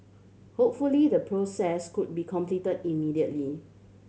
hopefully the process could be complete immediately